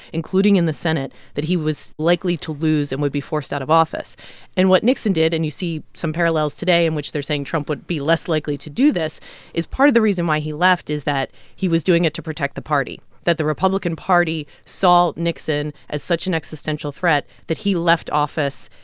including in the senate, that he was likely to lose and would be forced out of office and what nixon did and you see some parallels today in which they're saying trump would be less likely to do this is part of the reason why he left, is that he was doing it to protect the party, that the republican party saw nixon as such an existential threat that he left office,